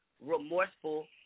Remorseful